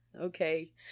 okay